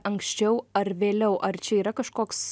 anksčiau ar vėliau ar čia yra kažkoks